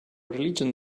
religion